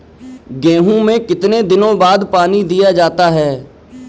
गेहूँ में कितने दिनों बाद पानी दिया जाता है?